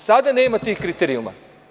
Sada nema tih kriterijuma.